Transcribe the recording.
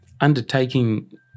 undertaking